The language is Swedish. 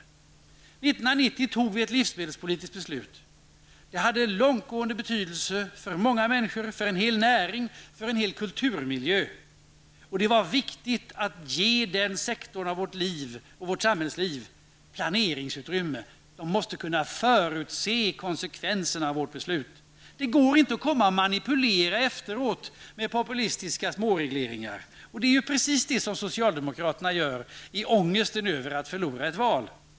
1990 fattade riksdagen ett livsmedelspolitiskt beslut som fick långtgående betydelse för många människor, ja, för en hel näring och för kulturmiljön. Det var viktigt att ge den här aktuella sektorn av vårt samhällsliv ett planeringsutrymme. Det måste vara möjligt att förutse konsekvenserna av vårt beslut. Det går inte att efteråt manipulera med populistiska småregleringar. Men det är precis vad socialdemokraterna gör -- ett agerande som grundar sig på deras ångest för att förlora ett val.